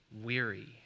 weary